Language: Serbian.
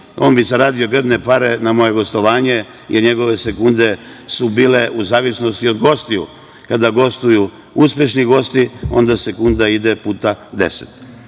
on bi grdne pare zaradio na moje gostovanje, jer njegove sekunde su bile u zavisnosti od gostiju. Kada gostuju uspešni gosti, onda sekunda ide puta